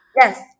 Yes